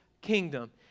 kingdom